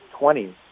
20s